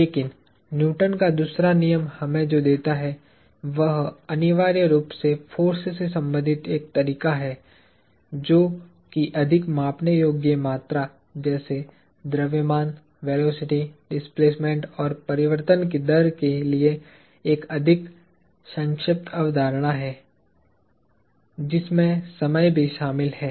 लेकिन न्यूटन का दूसरा नियम हमें जो देता है वह अनिवार्य रूप से फोर्स से संबंधित एक तरीका है जो कि अधिक मापने योग्य मात्रा जैसे द्रव्यमान वेलोसिटी डिस्प्लेसमेन्ट और परिवर्तन की दर के लिए एक अधिक संक्षेप अवधारणा है जिसमें समय भी शामिल है